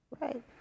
Right